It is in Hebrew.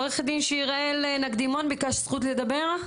עורכת הדין שיר-אל נקדימון, ביקשת זכות לדבר?